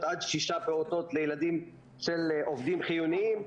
עד שישה פעוטות לילדים של עובדים חיוניים,